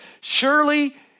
Surely